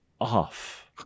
off